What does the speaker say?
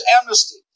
amnesty